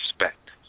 respect